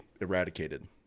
eradicated